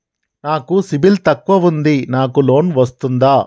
నాకు సిబిల్ తక్కువ ఉంది నాకు లోన్ వస్తుందా?